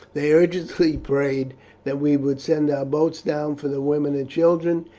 they urgently prayed that we would send boats down for the women and children,